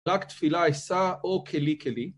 ‫רק תפילה אשא או כלי-כלי.